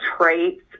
traits